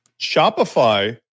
Shopify